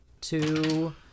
two